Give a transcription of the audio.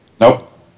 Nope